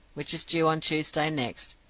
which is due on tuesday next,